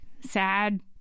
sad